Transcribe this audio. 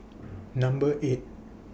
Number eight